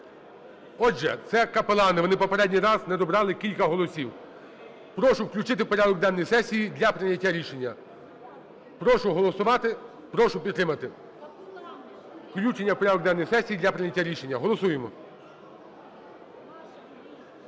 Отже, це капелани, вони попередній раз недобрали кілька голосів. Прошу включити в порядок денний сесії для прийняття рішення. Прошу голосувати, прошу підтримати включення в порядок денний сесії для прийняття рішення. Голосуємо.